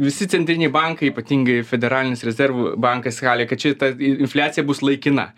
visi centriniai bankai ypatingai federalinis rezervų bankas kalė kad šita infliacija bus laikina